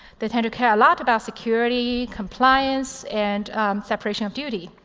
they tend to care a lot about security, compliance, and separation of duty.